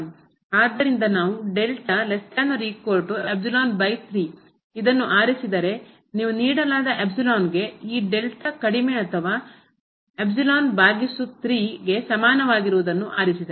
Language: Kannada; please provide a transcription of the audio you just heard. ಆದ್ದರಿಂದ ನಾವು ಇದನ್ನು ನೀವು ನೀಡಲಾದ ಕ್ಕೆ ಈ ಡೆಲ್ಟಾ ಕಡಿಮೆ ಅಥವಾ ಗೆ ಸಮನಾಗಿರುವುದನ್ನು ಆರಿಸಿದರೆ